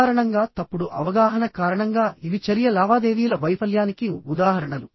సాధారణంగా తప్పుడు అవగాహన కారణంగా ఇవి చర్య లావాదేవీల వైఫల్యానికి ఉదాహరణలు